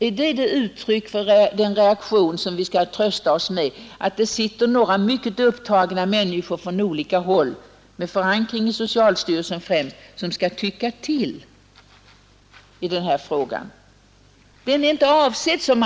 Skall vi trösta oss med att det i en expertgrupp sitter några mycket upptagna människor från olika håll med förankring i socialstyrelsen som skall ”tycka till” i den här frågan?